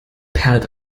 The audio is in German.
perlt